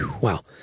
Wow